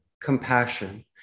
compassion